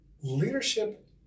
leadership